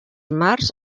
mars